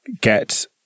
get